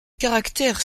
caractères